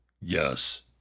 yes